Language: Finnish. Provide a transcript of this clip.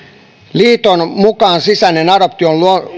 liiton mukaan sisäinen adoptio on